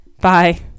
Bye